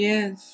Yes